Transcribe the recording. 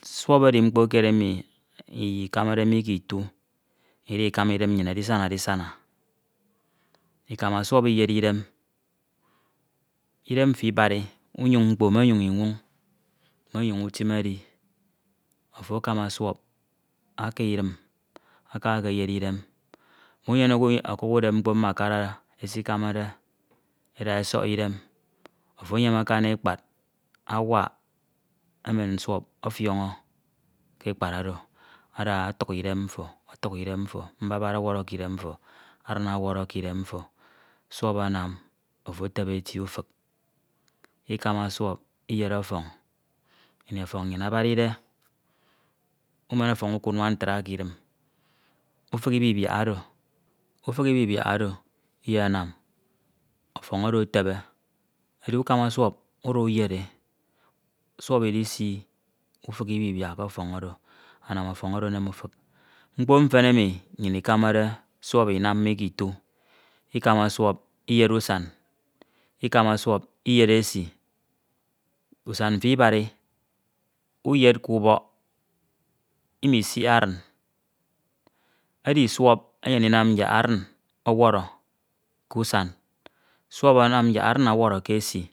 Mkpo kied emi ikamade mi ke itu Ida akana idem nnyin adisana adisana Ida suọp iyere idem idem mfo ibari unyoñ mkpo me ọnyoñ inwoñ me ọnyuñ if I'm edi ofo akamba suọp aka ekyere idem miyeneke ọkuk udep mkp mmakara esikamade eda esọk idem ofo enyem akani ekpad awak emen suọp ọfiọñọ ke ekpad oro ada ọtuk idem mfo ọfuk idem mfo mbabad ọwọrọ ke idem mfo adin ọwọrọ kidem mfo suọp anam ofo etebe eti ufik. Ekama suọp eyed ọfọñ ukunak ntro kidim ufik ibibiak oro iyenam ọfọñ oro etebe edi ukama suọp uda uyed ọfọñ oro suọp idinam ọfọñ oro etebe mkpo mfen emi nnyin ikamade suọp inam mi kitu ikama suọp iyed usan, ikama suọp iyed esi usan mfo ibari uyed k'ubọk imisihe adin edi suọp enyen ndinam yak adin ọwọrọ kusan suọp anam yak adin ọwọrọ ke esi